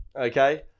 Okay